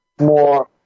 more